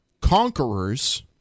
Conquerors